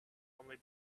only